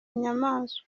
nyamanswa